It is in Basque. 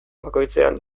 bakoitzean